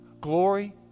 glory